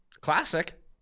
classic